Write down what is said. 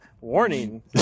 Warning